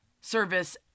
service